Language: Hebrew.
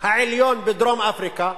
העליון בדרום-אפריקה,